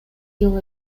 жок